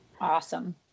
Awesome